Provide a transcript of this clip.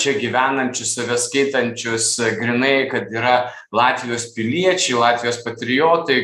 čia gyvenančius save skaitančius grynai kad yra latvijos piliečiai latvijos patriotai